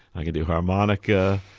i can do harmonica,